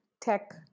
tech